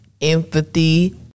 empathy